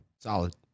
Solid